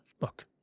Look